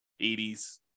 80s